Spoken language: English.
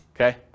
okay